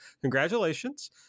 congratulations